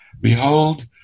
Behold